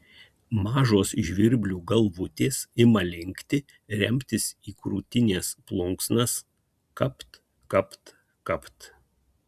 mažos žvirblių galvutės ima linkti remtis į krūtinės plunksnas kapt kapt kapt